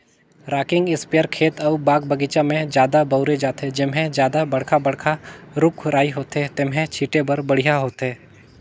rocking sprayer खेत अउ बाग बगीचा में जादा बउरे जाथे, जेम्हे जादा बड़खा बड़खा रूख राई होथे तेम्हे छीटे बर बड़िहा होथे